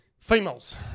Females